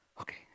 Okay